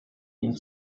ihn